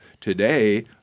today